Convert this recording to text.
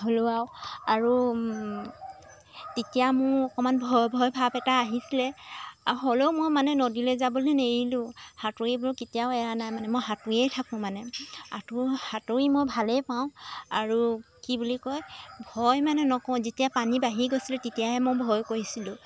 হ'লেও আৰু আৰু তেতিয়া মোৰ অকমান ভয় ভয় ভাৱ এটা আহিছিলে হ'লেও মই মানে নদীলৈ যাবলৈ নেৰিলোঁ সাঁতুৰিব কেতিয়াও এৰা নাই মানে মই সাঁতুুৰিয়েই থাকোঁ মানে সাঁতুৰি মই ভালেই পাওঁ আৰু কি বুলি কয় ভয় মানে নকৰোঁ যেতিয়া পানী বাঢ়ি গৈছিলে তেতিয়াহে মই ভয় কৰিছিলোঁ